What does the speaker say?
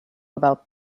about